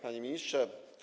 Panie Ministrze!